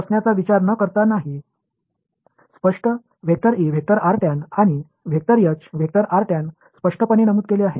எனவே இந்த விஷயத்தில் நான் மற்றும் முடிவிலி 0 என்று கூட யோசிக்காமல் மறைமுகமாக குறிப்பிட்டுள்ளேன்